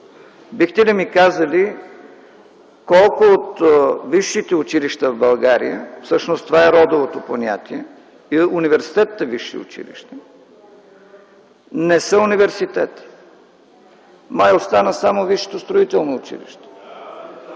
Бихте ли ми казали колко от висшите училища в България – всъщност това е родовото понятие, и университетът е висше училище, не са университети? Май остана само Висшето строително училище.